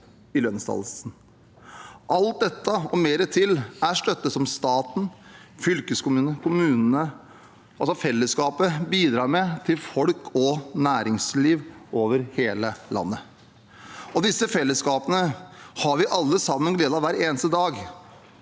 i lønnsdannelsen. Alt dette, og mer til, er støtte som staten, fylkeskommunene og kommunene – altså fellesskapet – bidrar med til folk og næringsliv over hele landet. Disse fellesskapene har vi alle sammen glede av hver eneste dag.